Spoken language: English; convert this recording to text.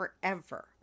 Forever